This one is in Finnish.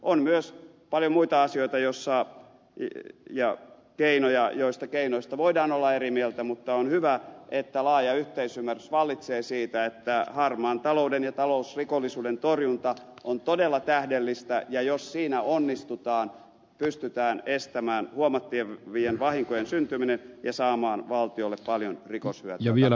on myös paljon muita asioita ja keinoja joista keinoista voidaan olla eri mieltä mutta on hyvä että laaja yhteisymmärrys vallitsee siitä että harmaan talouden ja talousrikollisuuden torjunta on todella tähdellistä ja jos siinä onnistutaan pystytään estämään huomattavien vahinkojen syntyminen ja saamaan valtiolle paljon rikoshyötyä takaisin